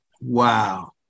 Wow